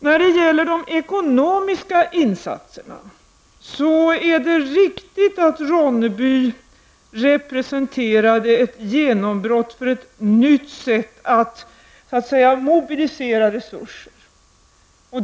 När det gäller de ekonomiska insatserna är det riktigt att Ronneby representerade ett genombrott för ett nytt sätt att så att säga mobilisera resurser.